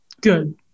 Good